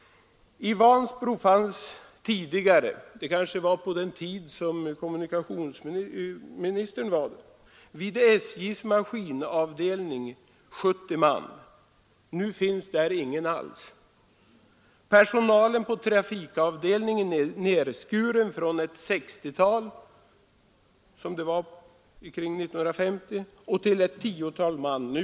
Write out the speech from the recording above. I Vansbro fanns det tidigare — det kanske var på den tid då kommunikationsministern var där — vid SJ:s maskinavdelning 70 man. Nu finns där ingen alls. Personalen på trafikavdelningen är nedskuren från ett sextiotal omkring år 1950 till ett tiotal man nu.